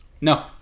No